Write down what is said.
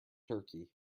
turkey